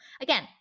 Again